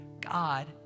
God